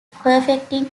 perfecting